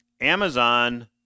Amazon